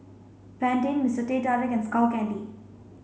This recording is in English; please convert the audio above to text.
Pantene Mister Teh Tarik and Skull Candy